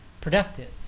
productive